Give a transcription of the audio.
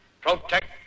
protect